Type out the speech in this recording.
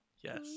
Yes